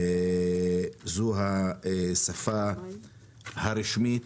זו השפה הרשמית,